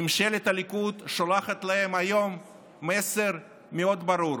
ממשלת הליכוד שולחת להם היום מסר מאוד ברור: